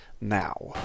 now